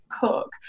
Cook